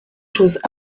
choses